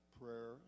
prayer